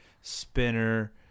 spinner